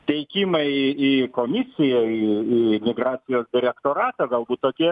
teikimą į į komisiją į į migracijos direktoratą galbūt tokie